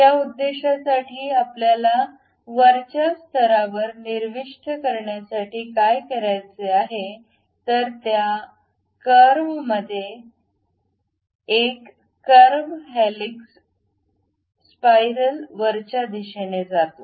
त्या उद्देशासाठी आपल्याला वरच्या स्तरावर निविष्ट करण्यासाठी काय करायचे आहे तर त्या कर्व मध्ये एक कर्व हेलिक्स स्पायरल वरच्या दिशेने जाते